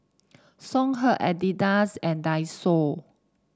Songhe Adidas and Daiso